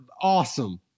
awesome